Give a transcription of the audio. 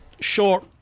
short